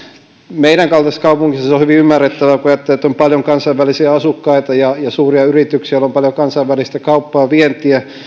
meidän kaltaisessa kaupungissa se on hyvin ymmärrettävää kun ajattelee että on paljon kansainvälisiä asukkaita ja suuria yrityksiä joilla on paljon kansainvälistä kauppaa ja vientiä